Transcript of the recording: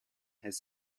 has